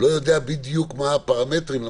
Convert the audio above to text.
יודע בדיוק מה הפרמטרים של